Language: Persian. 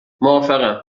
موافقم